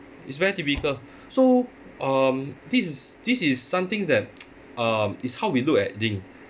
it's very typical so um this is this is some things that um it's how we look at thing